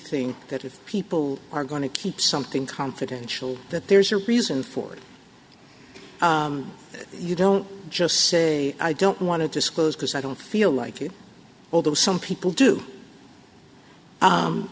thing that if people are going to keep something confidential that there's a reason for it you don't just say i don't want to disclose because i don't feel like you although some people do